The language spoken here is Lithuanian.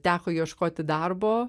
teko ieškoti darbo